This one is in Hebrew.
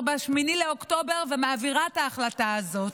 ב-8 באוקטובר ומעבירה את ההחלטה הזאת.